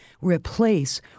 replace